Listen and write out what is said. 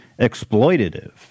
exploitative